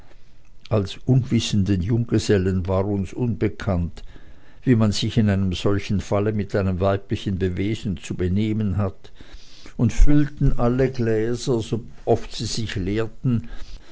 als unwissenden junggesellen war uns unbekannt wie man sich in solchem falle mit einem weiblichen wesen zu benehmen hat und füllten alle gläser sooft sie sich leerten